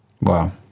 Wow